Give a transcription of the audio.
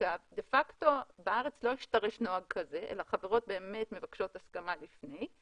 דה פקטו בארץ לא השתרש נוהג כזה אלא חברות באמת מבקשות הסכמה לפני.